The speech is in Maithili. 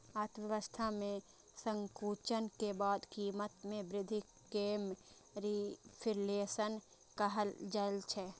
अर्थव्यवस्था मे संकुचन के बाद कीमत मे वृद्धि कें रिफ्लेशन कहल जाइ छै